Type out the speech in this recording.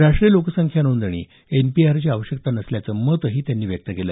राष्ट्रीय लोकसंख्या नोंदणी एनपीआरची आवश्यकता नसल्याचं मत त्यांनी व्यक्त केलं